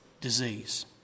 disease